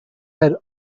had